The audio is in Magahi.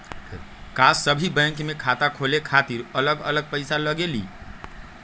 का सभी बैंक में खाता खोले खातीर अलग अलग पैसा लगेलि?